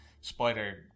Spider